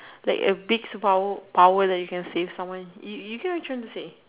like a big superpower power that you can save someone you you cannot trying to save